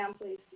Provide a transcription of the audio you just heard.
please